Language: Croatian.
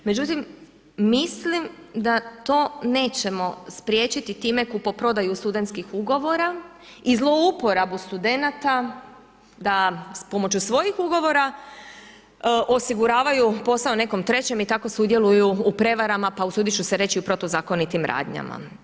Međutim, mislim da to nećemo spriječiti time kupoprodaju studentskih ugovora i zlouporabu studenata da s pomoću svojih ugovora osiguravaju posao nekom trećem i tako sudjeluju u prevarama i usudit ću se reći u protuzakonitim radnjama.